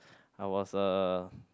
I was a